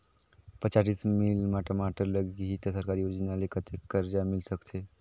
पचास डिसमिल मा टमाटर लगही त सरकारी योजना ले कतेक कर्जा मिल सकथे?